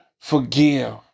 forgive